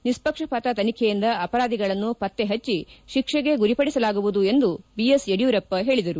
ನಿಷ್ಷಕ್ಷವಾತ ತನಿಖೆಯಿಂದ ಅಪರಾಧಿಗಳನ್ನು ಪತ್ತೆಹಜ್ಜಿ ಶಿಕ್ಷೆಗೆ ಗುರಿಪಡಿಸಲಾಗುವುದು ಎಂದು ಹೇಳಿದರು